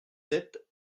sept